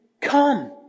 come